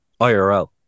IRL